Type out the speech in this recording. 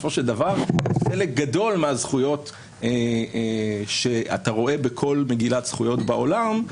בסופו של דבר חלק גדול מהזכויות שאתה רואה בכל מגילת זכויות בעולם,